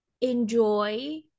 enjoy